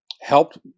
helped